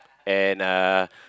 and uh